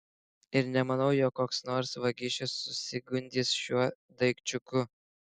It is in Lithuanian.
ir nemanau jog koks nors vagišius susigundys šiuo daikčiuku